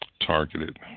targeted